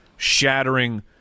shattering